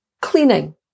cleaning